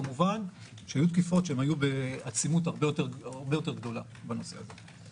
כמובן שהיו תקופות שהם היו בעצימות הרבה יותר גבוהה בנושא הזה.